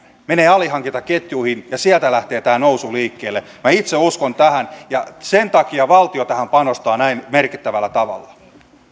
menee nousu alihankintaketjuihin ja sieltä lähtee tämä nousu liikkeelle minä itse uskon tähän ja sen takia valtio tähän panostaa näin merkittävällä tavalla